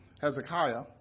Hezekiah